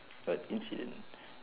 what incident